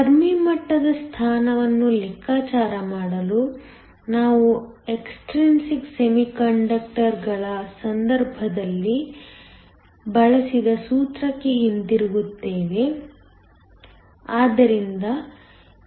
Fermi ಮಟ್ಟದ ಸ್ಥಾನವನ್ನು ಲೆಕ್ಕಾಚಾರ ಮಾಡಲು ನಾವು ಎಸ್ಟ್ರಿನ್ಸಿಕ್ ಸೆಮಿಕಂಡಕ್ಟರ್ ಗಳ ಸಂದರ್ಭದಲ್ಲಿ ಬಳಸಿದ ಸೂತ್ರಕ್ಕೆ ಹಿಂತಿರುಗುತ್ತೇವೆ